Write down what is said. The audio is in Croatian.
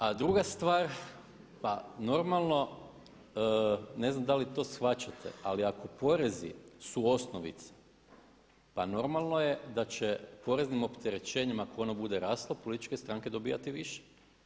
A druga stvar pa normalno ne znam da li to shvaćate, ali ako porezi su osnovica pa normalno je da će poreznim opterećenjima ako ono bude raslo političke stranke dobivati više.